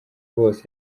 bose